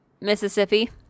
Mississippi